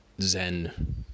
Zen